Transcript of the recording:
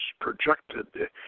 projected